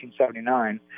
1979